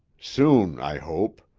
soon, i hope.